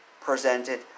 presented